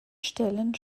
stellen